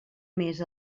més